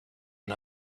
and